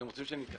אתם רוצים שנתייחס?